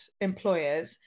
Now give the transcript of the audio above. employers